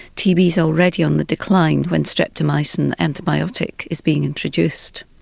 t. b. s already on the decline when streptomycin antibiotic is being introduced.